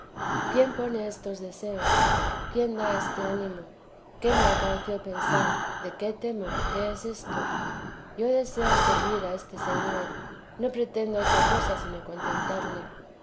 quién pone estos deseos quién da este ánimo qué me acaeció pensar de qué temo qué es esto yo deseo servir a este señor no pretendo otra cosa sino contentarle